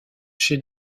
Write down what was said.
chef